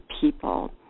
people